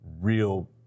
real